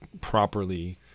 properly